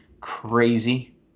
crazy